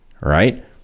Right